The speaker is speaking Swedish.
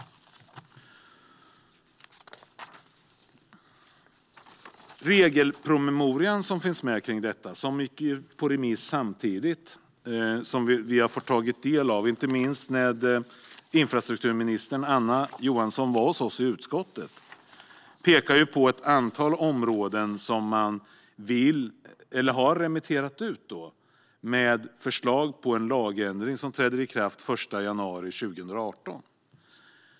Den regelpromemoria som finns med kring detta och som gick ut på remiss samtidigt har vi fått del av. Infrastrukturminister Anna Johansson pekade när hon var hos oss i utskottet på ett antal områden som man har remitterat ut med förslag på en lagändring som ska träda i kraft den 1 januari 2018.